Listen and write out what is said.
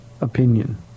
opinion